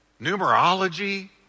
Numerology